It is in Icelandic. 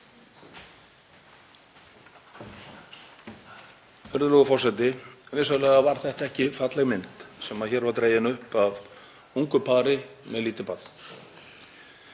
Virðulegur forseti. Vissulega var þetta ekki falleg mynd sem hér var dregin upp af ungu pari með lítið barn